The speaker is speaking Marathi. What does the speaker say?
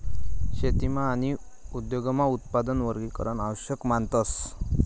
शेतीमा आणि उद्योगमा उत्पादन वर्गीकरण आवश्यक मानतस